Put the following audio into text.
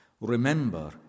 Remember